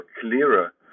clearer